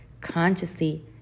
Consciously